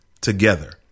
together